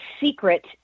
secret